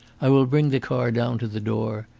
i will bring the car down to the door.